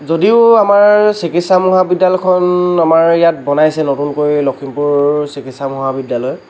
যদিও আমাৰ চিকিৎসা মহাবিদ্যালয়খন আমাৰ ইয়াত বনাইছে নতুনকৈ লখিমপুৰ চিকিৎসা মহাবিদ্যালয়